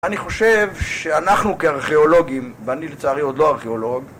אני חושב שאנחנו כארכיאולוגים, ואני לצערי עוד לא ארכיאולוג